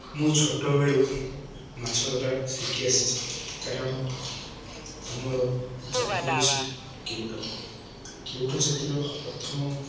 ମୁଁ ଛୋଟବେଳୁ ମାଛଧରା ଶଖି ଆସିଛି କାରଣ ଆମର ଜାତି ହେଉଛି କେଉଟ କେଉଟ ଜାତିର ପ୍ରଥମ